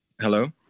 Hello